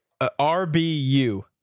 RBU